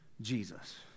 Jesus